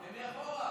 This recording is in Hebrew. הם מאחור,